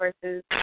versus